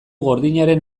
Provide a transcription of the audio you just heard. gordinaren